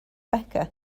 becca